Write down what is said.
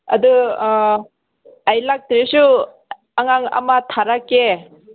ꯑꯗꯨ ꯑꯩ ꯂꯥꯛꯇ꯭ꯔꯁꯨ ꯑꯉꯥꯡ ꯑꯃ ꯊꯥꯔꯛꯀꯦ